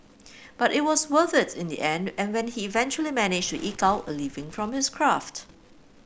but it was worth it in the end when he eventually managed to eke out a living from his craft